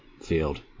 field